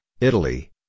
Italy